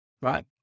right